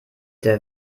der